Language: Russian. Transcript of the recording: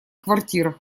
квартирах